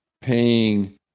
paying